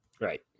Right